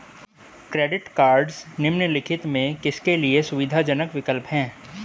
Credit cards निम्नलिखित में से किसके लिए सुविधाजनक विकल्प हैं?